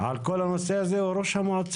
על כל הנושא הזה הוא ראש המועצה.